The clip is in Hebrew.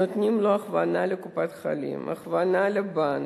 נותנים לו הכוונה לקופת-חולים, הכוונה לבנק,